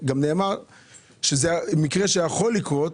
נאמר שזה מקרה שיכול לקרות